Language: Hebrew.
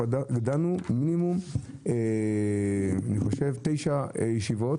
כבר דנה לכל הפחות תשע ישיבות